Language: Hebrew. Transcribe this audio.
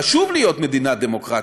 חשוב להיות מדינה דמוקרטית,